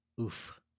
oof